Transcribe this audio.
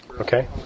Okay